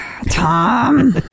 Tom